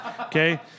Okay